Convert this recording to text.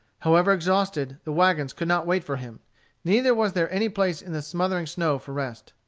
however exhausted, the wagons could not wait for him neither was there any place in the smothering snow for rest.